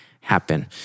happen